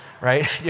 right